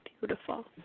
beautiful